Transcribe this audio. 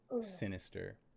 sinister